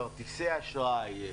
כרטיסי אשראי,